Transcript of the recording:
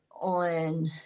on